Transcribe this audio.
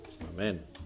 Amen